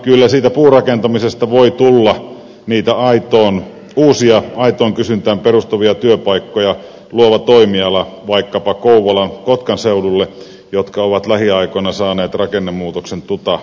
kyllä siitä puurakentamisesta voi tulla niitä uusia aitoon kysyntään perustuvia työpaikkoja luova toimiala vaikkapa kouvolankotkan seudulle jotka ovat lähiaikoina saaneet rakennemuutoksen tuta kantapään kautta